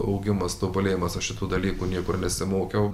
augimas tobulėjimas aš šitų dalykų niekur nesimokiau